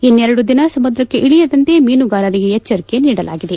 ಇನ್ನೆರಡು ದಿನ ಸಮುದ್ರಕ್ಷೆ ಇಳಿಯದಂತೆ ಮೀನುಗಾರರಿಗೆ ಎಚ್ಚರಿಕೆ ನೀಡಲಾಗಿದೆ